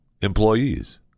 employees